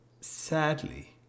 Sadly